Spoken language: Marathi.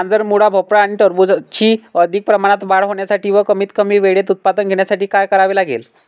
गाजर, मुळा, भोपळा आणि टरबूजाची अधिक प्रमाणात वाढ होण्यासाठी व कमीत कमी वेळेत उत्पादन घेण्यासाठी काय करावे लागेल?